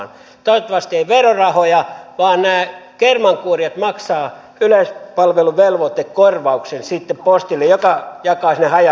toivottavasti ei käytetä verorahoja vaan nämä kermankuorijat maksaisivat sitten yleispalveluvelvoitekorvauksen postille joka jakaisi sinne haja asutusalueille